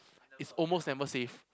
it's almost never safe